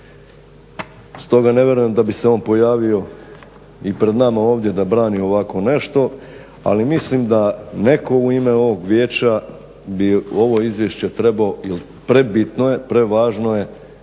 Stoga ne vjerujem da bi se on pojavio i pred nama ovdje da brani ovako nešto, ali mislim da netko u ime ovog vijeća bi ovo izvješće trebao jer prebitno je, prevažno je